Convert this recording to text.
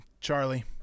Charlie